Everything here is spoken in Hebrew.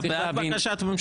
אתה בעד בקשת הממשלה?